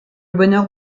bonheur